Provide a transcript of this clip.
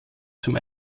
zum